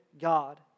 God